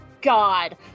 God